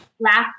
last